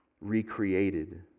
recreated